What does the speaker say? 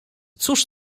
cóż